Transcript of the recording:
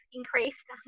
increased